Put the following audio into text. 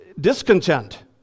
Discontent